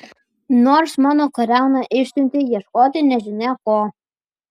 nors mano kariauną išsiuntei ieškoti nežinia ko